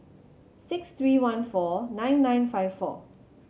six three one four nine nine five four